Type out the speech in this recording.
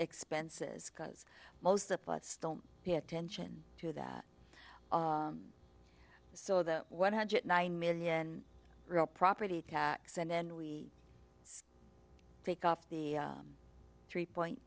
expenses because most of us don't pay attention to that so that one hundred nine million real property tax and then we take off the three point